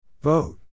Vote